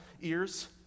ears